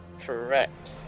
Correct